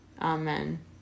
amen